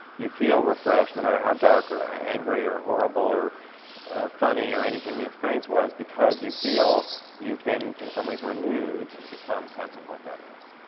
you feel refreshed, no matter how dark or angry or horrible or funny or anything the experience was, because you feel you've been, in some ways, renewed to some sense of what that is.